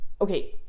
okay